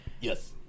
Yes